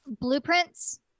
blueprints